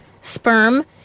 sperm